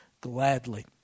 gladly